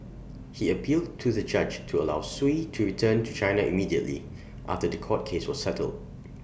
he appealed to the judge to allow Sui to return to China immediately after The Court case was settled